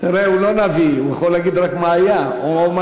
אני לא מפחד להגיד לכם מה אני חושב,